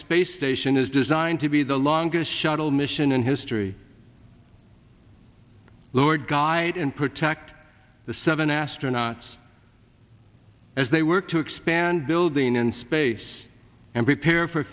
space station is designed to be the longest shuttle mission in history lord guide and protect the seven astronauts as they work to expand building in space and prepare for